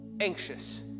anxious